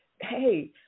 hey